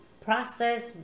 process